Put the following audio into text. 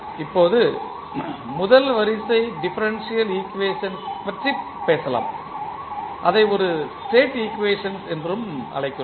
இப்போது முதல் வரிசை டிபரன்ஷியல் ஈக்குவேஷன்ஸ் ஐப் பற்றி பேசலாம் அதை ஒரு ஸ்டேட் ஈக்குவேஷன்ஸ் என்றும் அழைக்கிறோம்